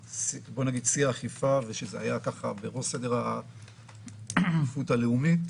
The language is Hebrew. האכיפה וזה היה בראש סדר הדחיפות הלאומי,